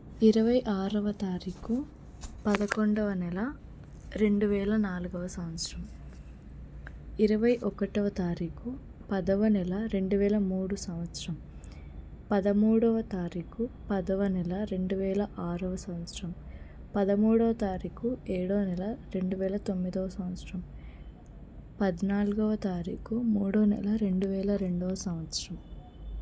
ఇరవై ఆరవ తారీఖు పదకొండవ నెల రెండు వేల నాలుగవ సంవత్సరం ఇరవై ఒకటవ తారీఖు పదవ నెల రెండు వేల మూడు సంవత్సరం పదమూడవ తారీఖు పదవ నెల రెండు వేల ఆరవ సంవత్సరం పదమూడో తారీఖు ఏడవ నెల రెండు వేల తొమ్మిదవ సంవత్సరం పద్నాల్గవ తారీఖు మూడవ నెల రెండు వేల రెండవ సంవత్సరం